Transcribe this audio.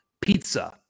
pizza